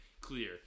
clear